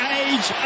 age